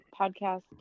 Podcast